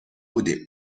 بودیم